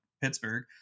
Pittsburgh